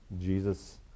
Jesus